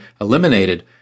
eliminated—